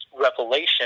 Revelation